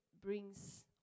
brings